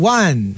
one